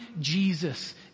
Jesus